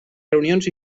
reunions